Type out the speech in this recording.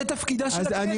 זה תפקידה של הכנסת.